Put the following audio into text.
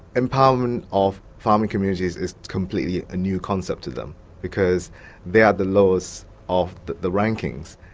empowerment of farming communities is completely a new concept to them because they are the lowest of the the rankings.